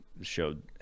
Showed